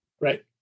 Right